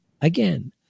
again